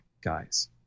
guys